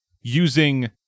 Using